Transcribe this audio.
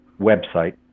website